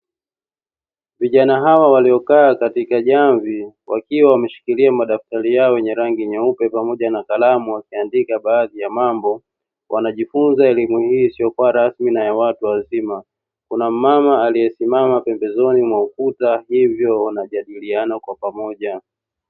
Vijana hawa waliokaa katika jamvi wakiwa wameshikilia madaftari yao yenye rangi nyeupe pamoja na kalamu, wakiandika baadhi ya mambo. Wanajifunza elimu hii isiyo kuwa rasmi na ya watu wazima, kuna mama aliyesimama pembezoni mwa ukuta, hivyo wanajadiliana kwa pamoja.